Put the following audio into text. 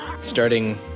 Starting